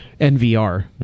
NVR